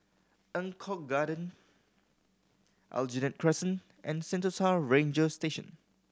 Eng Kong Garden Aljunied Crescent and Sentosa Ranger Station